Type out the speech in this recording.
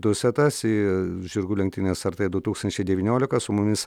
dusetas į žirgų lenktynes sartai du tūkstančiai devyniolika su mumis